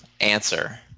answer